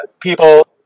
People